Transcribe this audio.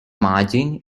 margin